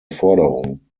forderung